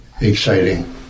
exciting